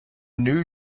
new